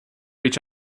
reach